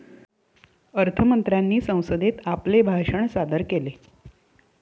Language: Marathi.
अर्थ मंत्र्यांनी संसदेत आपले भाषण सादर केले